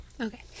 Okay